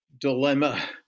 dilemma